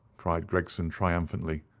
cried gregson, triumphantly.